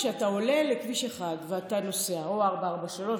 כשאתה עולה לכביש 1 או לכביש 443,